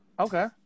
Okay